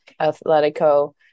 Atletico